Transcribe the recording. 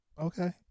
okay